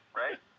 right